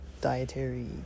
dietary